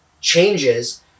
changes